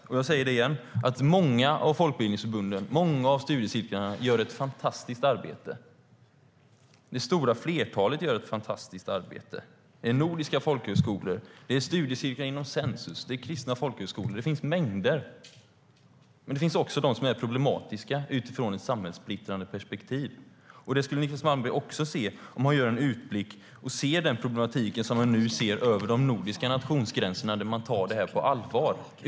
Jag upprepar att många av folkbildningsförbunden och studiecirklarna gör ett fantastiskt arbete. Det stora flertalet gör det. Det är nordiska folkhögskolor, det är studiecirklar inom Sensus och det är kristna folkhögskolor. Det finns mängder som är bra, men det finns också de som är problematiska utifrån ett samhällssplittrande perspektiv. Det skulle Niclas Malmberg också se om han gjorde en utblick och såg den problematik vi ser över de nordiska nationsgränserna där man tar detta på allvar.